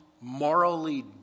morally